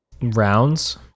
Rounds